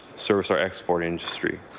service our export industry.